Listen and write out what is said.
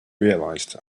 realized